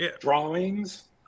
drawings